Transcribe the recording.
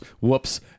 Whoops